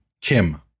Kim